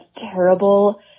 terrible